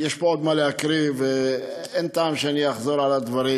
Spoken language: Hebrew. יש פה עוד מה להקריא ואין טעם שאני אחזור על הדברים.